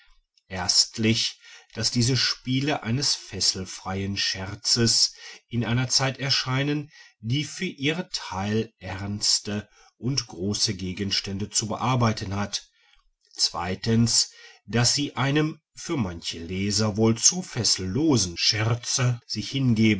erstlich daß diese spiele eines fesselfreien scherzes in einer zeit erscheinen die für ihr